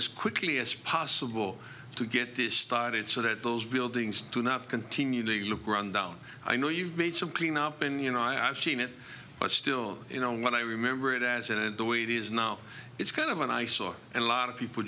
as quickly as possible to get this started so that those buildings do not continue to look rundown i know you've made some cleanup and you know i've seen it but still you know what i remember it as in it the way it is now it's kind of an eyesore and a lot of people